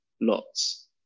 lots